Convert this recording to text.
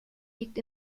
liegt